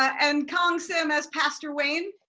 and keong sim as pastor wayne.